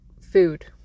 food